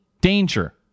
danger